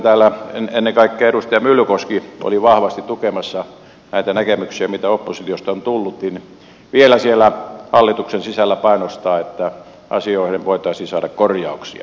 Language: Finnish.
täällä ennen kaikkea edustaja myllykoski oli vahvasti tukemassa näitä näkemyksiä mitä oppositiosta on tullut niin toivon että vielä siellä hallituksen sisälläkin painostetaan että asioihin voitaisiin saada korjauksia